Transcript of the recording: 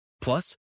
Plus